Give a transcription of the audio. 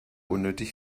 unnötig